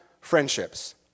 friendships